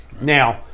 Now